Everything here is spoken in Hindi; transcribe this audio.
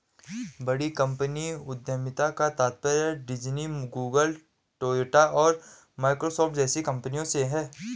बड़ी कंपनी उद्यमिता का तात्पर्य डिज्नी, गूगल, टोयोटा और माइक्रोसॉफ्ट जैसी कंपनियों से है